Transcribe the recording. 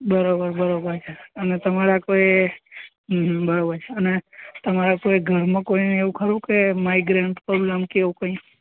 બરોબર બરોબર અને તમારા કોઈ હં બરોબર અને તમારા કોઈ ઘરમાં કોઈને એવું ખરું કે માઈગ્રેન પ્રોબ્લેમ કે એવુ કંઈ